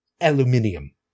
aluminium